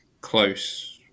close